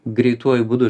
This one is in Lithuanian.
greituoju būdu